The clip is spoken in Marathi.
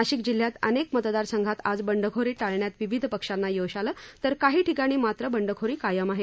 नाशिक जिल्ह्यात अनेक मतदार संघात आज बंडखोरी टाळण्यात विविध पक्षांना यश आले तर काही ठिकाणी मात्र बंडखोरी कायम आहे